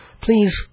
please